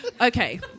Okay